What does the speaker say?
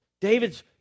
David's